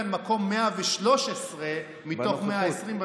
כשהיא הייתה כאן מקום 113 מתוך 120,